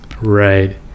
Right